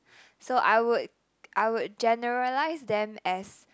so I would I would generalise them as